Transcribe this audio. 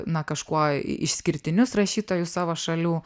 na kažkuo išskirtinius rašytojus savo šalių